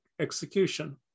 execution